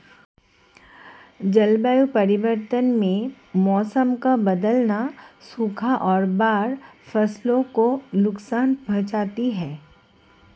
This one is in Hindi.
जलवायु परिवर्तन में मौसम का बदलना, सूखा और बाढ़ फसलों को नुकसान पहुँचाते है